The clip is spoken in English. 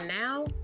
now